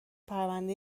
پرنده